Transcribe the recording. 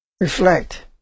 Reflect